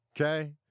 okay